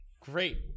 great